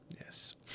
Yes